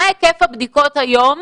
מה היקף הבדיקות היום